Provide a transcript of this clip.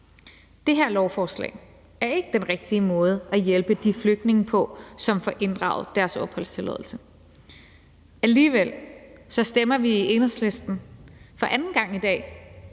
Det her lovforslag er ikke den rigtige måde at hjælpe de flygtninge på, som får inddraget deres opholdstilladelse. Alligevel stemmer vi i Enhedslisten for anden gang i dag